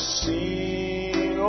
seen